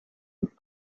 und